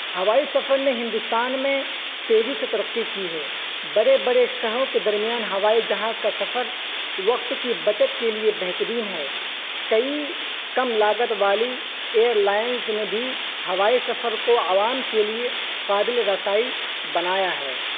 ہوائی سفر نے ہندوستان میں تیزی سے ترقی کی ہے بڑے بڑے شہروں کے درمیان ہوائی جہاز کا سفر وقت کی بچت کے لیے بہترین ہے کئی کم لاگت والی ایئرلائنز نے بھی ہوائی سفر کو عوام کے لیے قابلِ رسائی بنایا ہے